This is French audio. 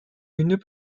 une